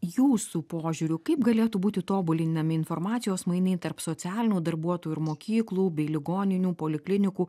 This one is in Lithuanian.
jūsų požiūriu kaip galėtų būti tobulinami informacijos mainai tarp socialinių darbuotojų ir mokyklų bei ligoninių poliklinikų